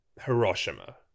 Hiroshima